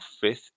fifth